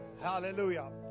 hallelujah